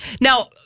Now